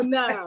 no